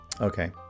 Okay